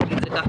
נגיד את זה ככה,